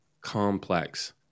complex